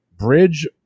Bridge